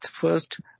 first